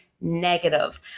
negative